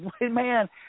man